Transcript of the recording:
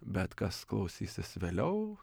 bet kas klausysis vėliau